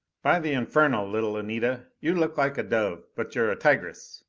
by the infernal, little anita, you look like a dove, but you're a tigress!